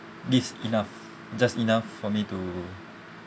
gives enough just enough for me to